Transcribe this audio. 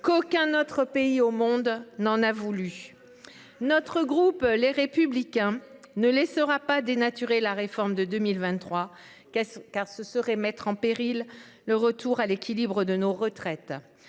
qu’aucun autre pays au monde n’en a voulu ! Le groupe Les Républicains ne laissera pas dénaturer la réforme de 2023, car ce serait mettre en péril le retour à l’équilibre de notre